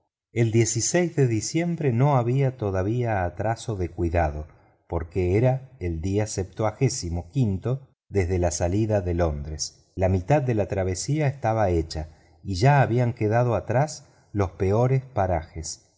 el de diciembre no había todavía retraso de cuidado porque era el día septuagésimo quinto desde la salida de londres la mitad de la travesía estaba hecha ya y ya habían quedado atrás los peores parajes